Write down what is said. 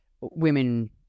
women